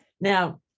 now